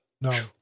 No